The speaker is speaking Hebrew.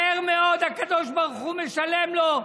מהר מאוד הקדוש ברוך הוא משלם לו.